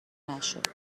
نشد